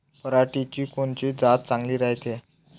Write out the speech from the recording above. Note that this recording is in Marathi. पऱ्हाटीची कोनची जात चांगली रायते?